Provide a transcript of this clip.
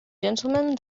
gentlemen